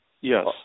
yes